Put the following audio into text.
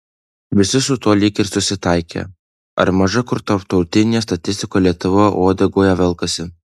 visi su tuo lyg ir susitaikė ar maža kur tarptautinėje statistikoje lietuva uodegoje velkasi